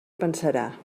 pensarà